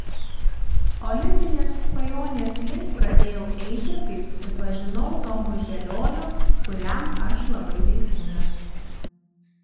olimpinės svajonės link pradėjau eiti kai susipažinau tomu želioniu kuriam aš labai dėkingas